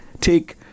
take